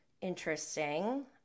interesting